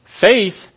Faith